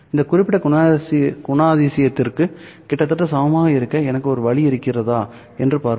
இந்த குறிப்பிட்ட குணாதிசயத்திற்கு கிட்டத்தட்ட சமமாக இருக்க எனக்கு ஒரு வழி இருக்கிறதா என்று பார்ப்போம்